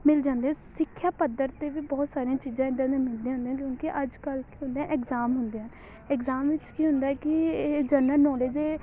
ਮਿਲ ਜਾਂਦੀਆਂ ਸਿੱਖਿਆ ਪੱਧਰ 'ਤੇ ਵੀ ਬਹੁਤ ਸਾਰੀਆਂ ਚੀਜ਼ਾਂ ਇੱਦਾਂ ਦੀਆਂ ਮਿਲਦੀਆਂ ਨੇ ਕਿਉਂਕਿ ਅੱਜ ਕੱਲ੍ਹ ਕੀ ਹੁੰਦਾ ਐਗਜ਼ਾਮ ਹੁੰਦੇ ਆ ਐਗਜ਼ਾਮ ਵਿੱਚ ਕੀ ਹੁੰਦਾ ਕਿ ਇਹ ਜਰਨਲ ਨੌਲੇਜ ਦੇ